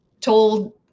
told